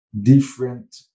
different